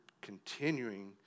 continuing